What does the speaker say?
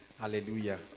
hallelujah